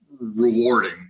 rewarding